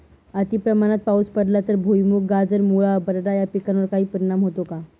अतिप्रमाणात पाऊस पडला तर भुईमूग, गाजर, मुळा, बटाटा या पिकांवर काही परिणाम होतो का?